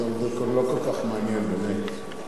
זה לא כל כך מעניין, באמת.